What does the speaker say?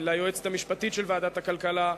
ליועצת המשפטית של ועדת הכלכלה.